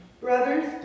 Brothers